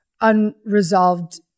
unresolved